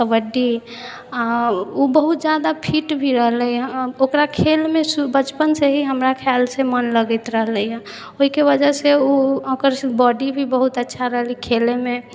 कबड्डी ओ बहुत ज्यादा फिट भी रहलै ओकरा खेलमे बचपनसँ ही हमरा खिआलसँ मन लगैत रहलै हइ ओहिके वजहसँ ओ ओकर बॉडी भी बहुत अच्छा रहलै खेलैमे